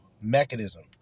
mechanism